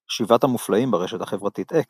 שבעת המופלאים, ברשת החברתית אקס